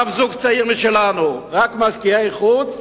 אף זוג צעיר משלנו, רק משקיעי חוץ,